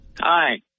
Hi